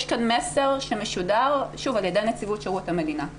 יש כאן מסר שמשודר שוב על ידי נציבות שירות המדינה.